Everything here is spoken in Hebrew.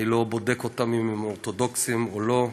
אני לא בודק אותם אם הם אורתודוקסיים או לא,